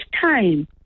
time